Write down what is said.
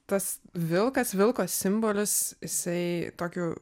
tas vilkas vilko simbolis jisai tokiu